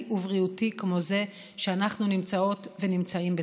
ובריאותי כמו כזה שאנחנו נמצאות ונמצאים בתוכו.